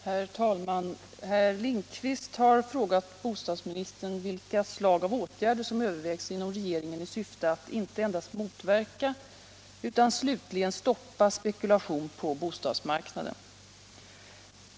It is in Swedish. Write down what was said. Herr talman! Herr Lindkvist har frågat bostadsministern vilka slag av åtgärder som övervägs inom regeringen i syfte att inte endast motverka utan slutligen stoppa spekulation på bostadsmarknaden.